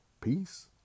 Peace